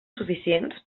suficients